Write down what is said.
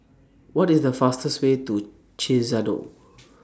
What IS The fastest Way to Chisinau